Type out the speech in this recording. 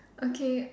okay